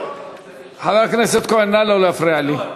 חבר הכנסת כהן, נא לא להפריע לי.